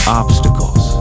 obstacles